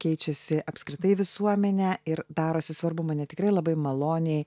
keičiasi apskritai visuomenė ir darosi svarbu mane tikrai labai maloniai